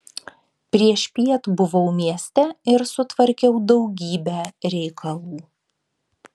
priešpiet buvau mieste ir sutvarkiau daugybę reikalų